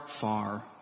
far